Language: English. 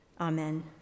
amen